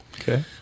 okay